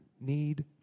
need